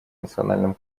национальном